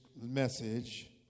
message